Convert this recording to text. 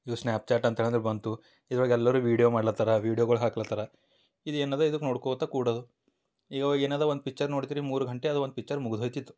ಇವು ಸ್ನ್ಯಾಪ್ಚಾಟ್ ಅಂತೇಳಿ ಅದು ಬಂತು ಇದ್ರೊಳಗ ಎಲ್ಲರು ವೀಡಿಯೋ ಮಾಡ್ಲತರ ವೀಡಿಯೊಗಳು ಹಾಕ್ಲತರ ಇದು ಏನು ಅದ ಇದಕ್ಕೆ ನೋಡ್ಕೊತಾ ಕೂಡೋದು ಇವಾಗ ಏನು ಅದ ಒಂದು ಪಿಚ್ಚರ್ ನೋಡ್ತೀರಿ ಮೂರು ಗಂಟೆ ಅದ ಒಂದು ಪಿಚ್ಚರ್ ಮುಗ್ದ ಹೋಯ್ತಿತ್ತು